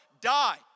die